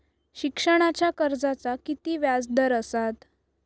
शिक्षणाच्या कर्जाचा किती व्याजदर असात?